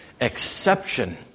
exception